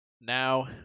now